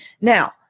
Now